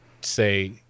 say